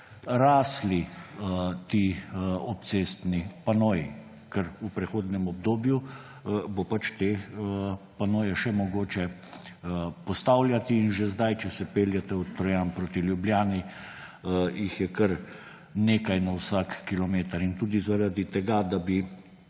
rastli ti obcestni panoji, ker v prehodnem obdobju bo te panoje še mogoče postavljati. In že zdaj, če se peljete od Trojan proti Ljubljani, jih je kar nekaj na vsak kilometer. In tudi zaradi tega, da bi